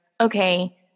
okay